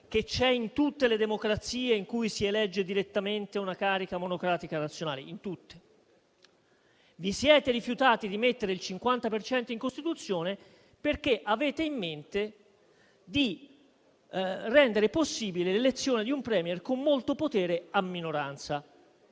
che c'è in tutte le democrazie in cui si elegge direttamente una carica monocratica nazionale? Vi siete rifiutati di mettere il 50 per cento in Costituzione perché avete in mente di rendere possibile l'elezione a minoranza di un *Premier* con molto potere, perché